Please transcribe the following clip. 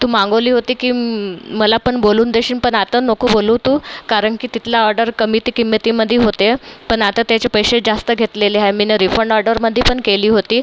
तू मागवली होती की मला पण बोलून देशील पण आता नको बोलवू तू कारण की तिथला ऑडर कमीत किमतीमदी होते पण आता त्याच्या पैसे जास्त घेतलेले आहे मी न रिफंड ऑडरमध्ये पण केली होती